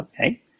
Okay